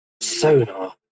Sonar